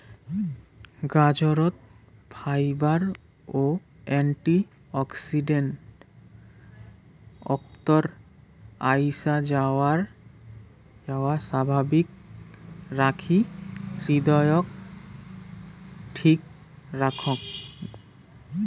গাজরত fibre ও antioxidant অক্তর আইসাযাওয়া স্বাভাবিক রাখি হৃদয়ক ঠিক রাখং